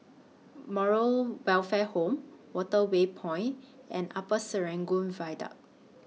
Moral Welfare Home Waterway Point and Upper Serangoon Viaduct